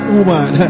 woman